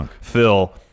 Phil